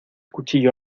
cuchillo